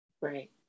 Right